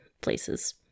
places